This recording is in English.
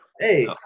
Hey